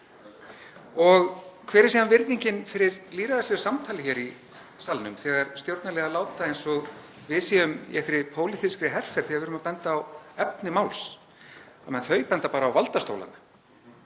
Og hver er síðan virðingin fyrir lýðræðislegu samtali hér í salnum þegar stjórnarliðar láta eins og við séum í einhverri pólitískri herferð þegar við erum að benda á efni máls þannig að þau benda bara á valdastólana?